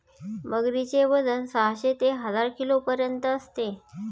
मगरीचे वजन साहशे ते हजार किलोपर्यंत असते